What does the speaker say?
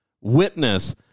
witness